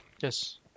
yes